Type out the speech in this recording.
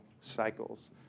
cycles